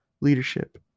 Leadership